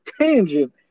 tangent